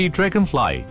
Dragonfly